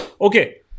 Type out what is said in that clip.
okay